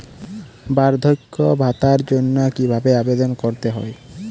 বার্ধক্য ভাতার জন্য কিভাবে আবেদন করতে হয়?